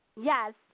Yes